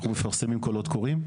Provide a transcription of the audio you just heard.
אנחנו מפרסמים קולות קוראים.